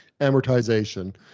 amortization